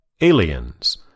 Aliens